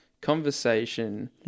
conversation